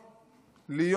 להיות מוגנות.